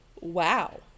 Wow